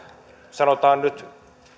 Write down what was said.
sanotaan nyt